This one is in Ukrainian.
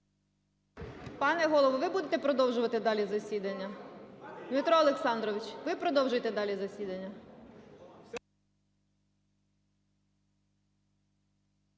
Пане Голово, ви будете продовжувати далі засідання? Дмитро Олександровичу, ви продовжуєте далі засідання?